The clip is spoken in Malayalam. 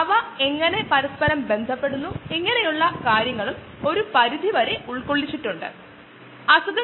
അതിനാൽ ബയോപ്രൊസസ് ആരംഭിക്കുന്നതിനുള്ള ക്ലീൻ സ്ലേറ്റ് നേടാൻ ഉപയോഗിക്കുന്ന ചില സാധാരണ അണുനശീകരണ രീതികളാണ് അവ